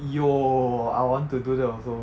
yo I want to do that also